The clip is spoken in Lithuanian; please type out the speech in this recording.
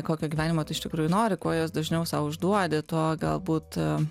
kokio gyvenimo tu iš tikrųjų nori kuo juos dažniau sau užduodi tuo galbūt